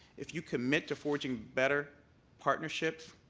if you commit to forging better partnerships,